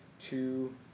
two